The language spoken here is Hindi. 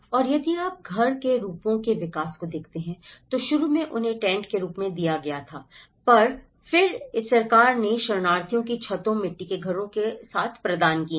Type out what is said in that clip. और यदि आप घर के रूपों के विकास को देखते हैं तो शुरू में उन्हें टेंट के रूप में दिया गया था फिर ए सरकार ने शरणार्थियों की छतों मिट्टी के घरों के साथ प्रदान की है